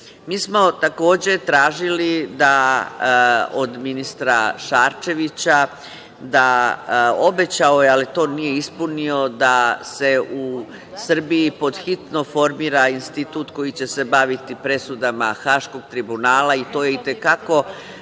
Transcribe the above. smo takođe tražili od ministra Šarčevića, obećao je, ali to nije ispunio, da se u Srbiji pod hitno formira institut koji će se baviti presudama Haškog tribunala i to je i te kako